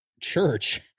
church